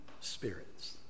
spirits